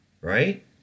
Right